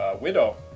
widow